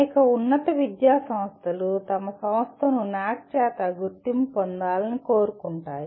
అనేక ఉన్నత విద్యాసంస్థలు తమ సంస్థను NAAC చేత గుర్తింపు పొందాలని కోరుకుంటాయి